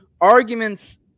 arguments